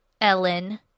Ellen